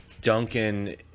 Duncan